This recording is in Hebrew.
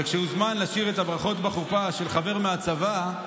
וכשהוזמן לשיר את הברכות בחופה של חבר מהצבא,